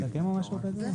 האם צריך לסכם או משהו כזה?